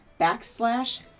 backslash